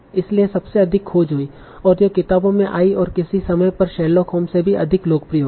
इसीलिए सबसे अधिक खोज हुई और यह किताबों में आई और किसी समय यह शेरलॉक होम्स से भी अधिक लोकप्रिय हो गई